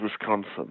Wisconsin